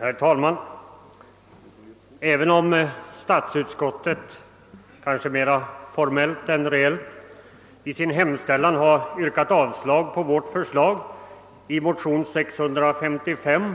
Herr talman! Statsutskottet har, kanske mer formellt än reellt, avstyrkt motionerna I: 573 och II: 655